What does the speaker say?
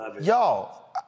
Y'all